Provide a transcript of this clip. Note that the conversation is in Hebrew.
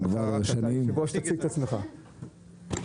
ואולי בתנאים אפילו הרבה יותר טובים לא בכבישים ולא בפקקים